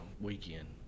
weekend